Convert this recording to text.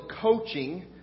coaching